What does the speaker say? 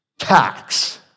Tax